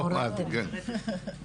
בהעסקה